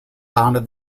founded